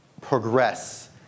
progress